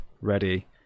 ready